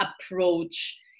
approach